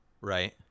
right